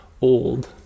old